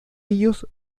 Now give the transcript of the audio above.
ellos